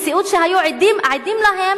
מציאות שהיו עדים לה,